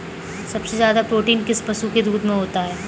सबसे ज्यादा प्रोटीन किस पशु के दूध में होता है?